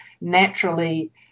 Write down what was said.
naturally